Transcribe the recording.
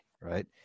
right